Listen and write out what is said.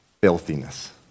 filthiness